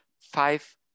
five